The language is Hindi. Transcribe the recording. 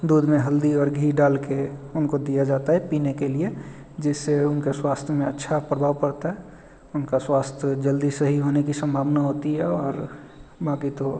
दूध में हल्दी और घी डालके उनको दिया जाता है पीने के लिए जिससे उनका स्वास्थ्य में अच्छा प्रभाव पड़ता है उनका स्वास्थ्य जल्दी सही होने की संभावना होती है और बाकी तो